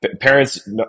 parents